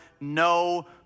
no